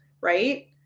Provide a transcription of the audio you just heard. right